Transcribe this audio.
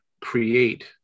create